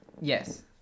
yes